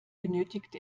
benötigt